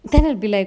then I'll be like